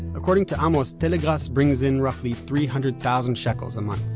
according to amos, telegrass brings in roughly three-hundred-thousand shekels a month,